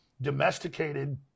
domesticated